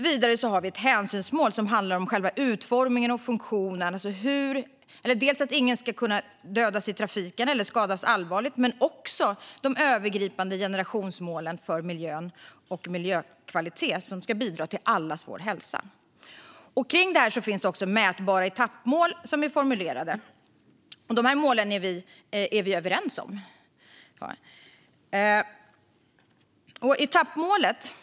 Vidare har vi ett hänsynsmål som handlar om själva utformningen och funktionen - dels att ingen ska kunna dödas eller skadas allvarligt i trafiken, dels de övergripande generationsmålen för miljön och miljökvalitet som ska bidra till allas vår hälsa. Kring det här finns också mätbara etappmål som är formulerade. De här målen är vi överens om. Fru talman!